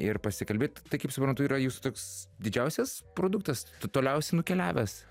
ir pasikalbėt tai kaip suprantu yra jūsų toks didžiausias produktas toliausiai nukeliavęs